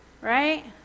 right